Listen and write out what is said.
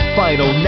final